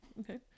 Okay